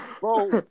Bro